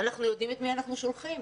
אנחנו יודעים את מי אנחנו שולחים.